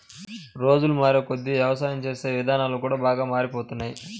రోజులు మారేకొద్దీ యవసాయం చేసే ఇదానాలు కూడా బాగా మారిపోతున్నాయ్